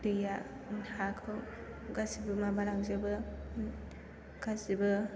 दैया हाखौ गासैबो माबालांजोबो